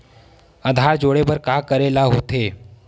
आधार जोड़े बर का करे ला होथे?